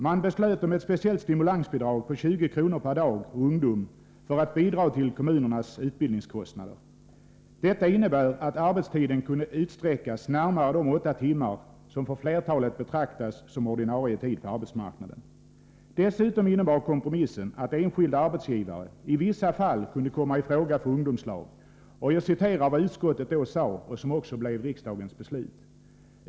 Man beslöt om ett speciellt stimulansbidrag på 20 kr. per dag och ungdom för att bidra till kommunernas utbildningskostna der. Detta innebär att arbetstiden kan utsträckas närmare de 8 timmar som för flertalet betraktas som ordinarie tid på arbetsmarknaden. Dessutom innebar kompromissen att enskilda arbetsgivare i vissa fall kunde komma i fråga för ungdomslag. Jag citerar vad utskottet då sade och som blev riksdagens beslut.